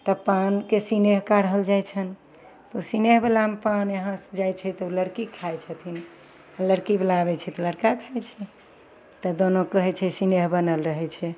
तऽ पानके सिनेह करल जाइ छन्हि तऽ सिनेहबलामे पान यहाँ जाइ छै तऽ लड़की खाइ छथिन लड़कीवला अबय छै तऽ लड़का खाइ छै तऽ दोनो कहय छै सिनेह बनल रहय छै